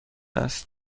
است